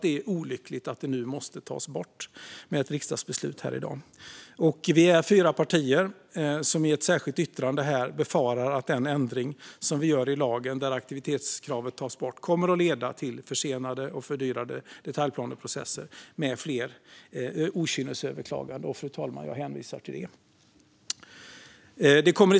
Det är olyckligt att det måste tas bort genom ett riksdagsbeslut här i dag. Vi är fyra partier som i ett särskilt yttrande befarar att den ändring som görs i lagen när aktivitetskravet tas bort kommer att leda till försenade och fördyrade detaljplaneprocesser med fler okynnesöverklaganden. Jag hänvisar till det, fru talman.